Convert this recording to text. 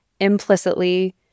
implicitly